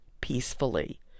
peacefully